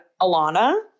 Alana